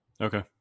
Okay